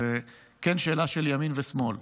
זו כן שאלה של ימין ושמאל: